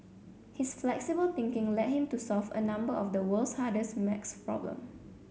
his flexible thinking led him to solve a number of the world's hardest maths problem